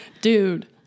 dude